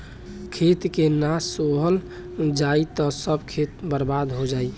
खेत के ना सोहल जाई त सब खेत बर्बादे हो जाई